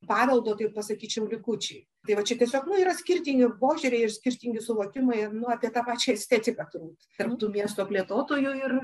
paveldo taip pasakyčiau pasakyčiau likučiai tai va čia tiesiog nu yra skirtingi požiūriai ir skirtingi suvokimai nu apie tą pačią estetiką turbūt tarp tų miesto plėtotojų ir